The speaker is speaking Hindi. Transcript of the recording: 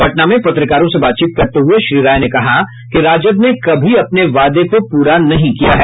पटना में पत्रकारों से बातचीत करते हुए श्री राय ने कहा कि राजद ने कभी अपने वादों को पुरा नहीं किया है